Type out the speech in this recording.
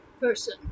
person